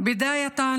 במדינת